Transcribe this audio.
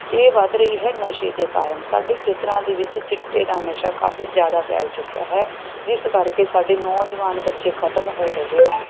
ਇਹ ਵਧ ਰਹੀ ਹੈ ਨਸ਼ੇ ਦੇ ਕਾਰਨ ਸਾਡੇ ਖੇਤਰਾਂ ਦੇ ਵਿੱਚ ਚਿੱਟੇ ਦਾ ਨਸ਼ਾ ਕਾਫੀ ਜ਼ਿਆਦਾ ਫੈਲ ਚੁੱਕਿਆ ਹੈ ਜਿਸ ਕਰਕੇ ਸਾਡੇ ਨੌਜਵਾਨ ਬੱਚੇ ਖਤਮ ਹੋ ਰਹੇ ਹਨ